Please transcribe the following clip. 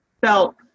felt